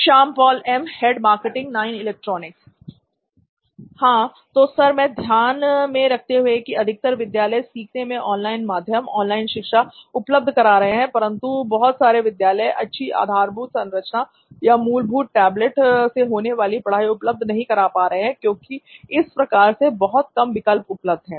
Shyam Paul am head marketing नॉइन electronics हां तो सर ये ध्यान में रखते हुए की अधिकतर विद्यालय सीखने के ऑनलाइन माध्यम ऑनलाइन शिक्षा उपलब्ध करा रहे हैं परंतु बहुत सारे विद्यालय अच्छी आधारभूत संरचना या मूलभूत टेबलेट से होने वाली पढ़ाई उपलब्ध नहीं करा पा रहे हैं क्योंकि इस प्रकार के बहुत कम विकल्प उपलब्ध है